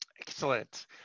Excellent